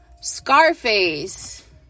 Scarface